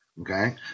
Okay